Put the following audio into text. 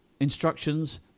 Instructions